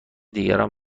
دیگران